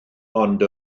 ond